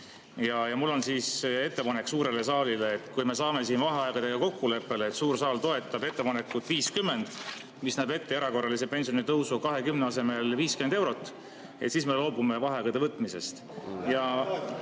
Mul on ettepanek suurele saalile, et kui me saame siin vaheaegadega kokkuleppele, et suur saal toetab ettepanekut nr 50, mis näeb ette erakorraliseks pensionitõusuks 20 euro asemel 50 eurot, siis me loobume vaheaegade võtmisest.